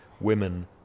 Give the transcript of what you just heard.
women